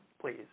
please